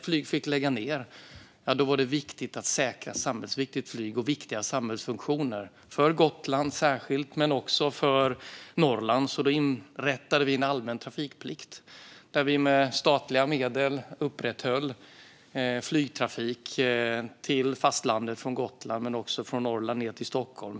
För att säkra samhällsviktigt flyg, inte minst till Gotland och Norrland, inrättade vi en allmän trafikplikt där vi med statliga medel upprätthöll flygtrafik till fastlandet från Gotland och från Norrland till Stockholm.